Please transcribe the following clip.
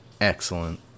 Excellent